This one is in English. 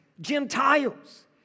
Gentiles